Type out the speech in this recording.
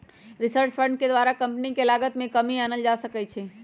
research fund के द्वारा company के लागत में कमी आनल जा सकइ छै